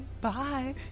Bye